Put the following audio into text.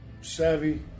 savvy